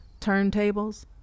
turntables